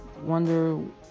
wonder